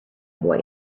boy